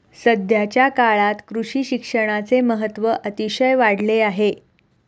सध्याच्या काळात कृषी शिक्षणाचे महत्त्व अतिशय वाढले आहे